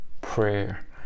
prayer